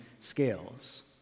scales